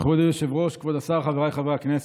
מכובדי היושב-ראש, כבוד השר, חבריי חברי הכנסת,